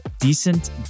Decent